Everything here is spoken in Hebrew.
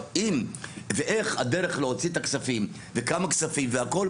אם ואיך הדרך להוציא את הכספים וכמה כספים והכול,